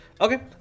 Okay